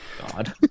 God